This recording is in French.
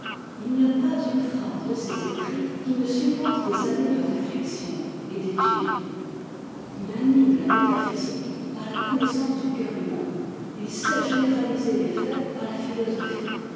il n'y a pas une phrase de ses écrits qui ne suppose des années de réuexion et d'étude il anime la métaphysique par la connaissance du cœur humain il sait généraliser les faits par la philosophie